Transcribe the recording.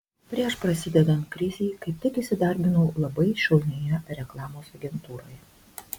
prieš prasidedant krizei kaip tik įsidarbinau labai šaunioje reklamos agentūroje